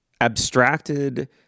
abstracted